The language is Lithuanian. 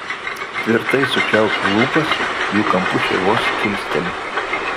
tvirtai sučiaupiu lūpas jų kampučiai vos kilsteli